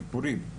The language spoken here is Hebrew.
הדיקורים,